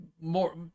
more